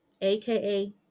aka